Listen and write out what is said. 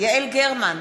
יעל גרמן,